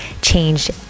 change